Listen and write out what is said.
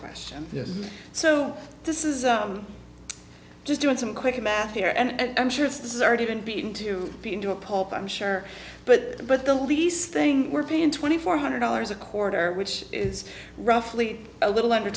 question yes so this is just doing some quick math here and i'm sure this is already been beaten to a pulp i'm sure but but the least thing we're paying twenty four hundred dollars a quarter which is roughly a little under